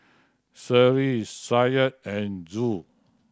Seri Syah and Zul